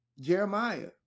Jeremiah